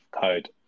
code